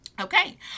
okay